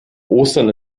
ostern